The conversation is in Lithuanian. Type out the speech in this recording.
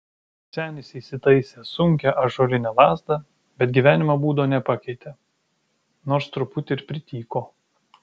senis įsitaisė sunkią ąžuolinę lazdą bet gyvenimo būdo nepakeitė nors truputį ir prityko